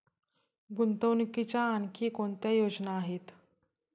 गुंतवणुकीच्या आणखी कोणत्या योजना आहेत?